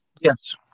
Yes